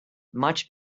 much